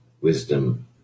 wisdom